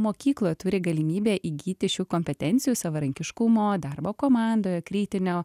mokykloje turi galimybę įgyti šių kompetencijų savarankiškumo darbo komandoje kritinio